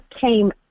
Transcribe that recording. came